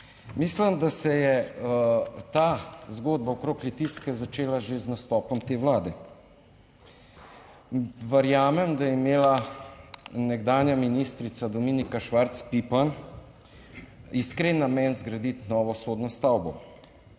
Mislim, da se je ta zgodba okrog Litijske začela že z nastopom te Vlade. Verjamem, da je imela nekdanja ministrica Dominika Švarc Pipan iskren namen zgraditi novo sodno stavbo,